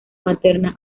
materna